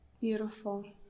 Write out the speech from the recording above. Beautiful